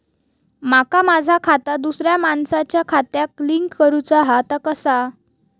माका माझा खाता दुसऱ्या मानसाच्या खात्याक लिंक करूचा हा ता कसा?